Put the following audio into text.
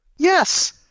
Yes